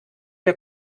der